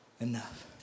enough